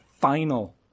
final